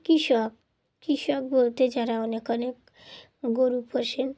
কৃষক কৃষক বলতে যারা অনেক অনেক গরু পোষেন